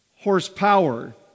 horsepower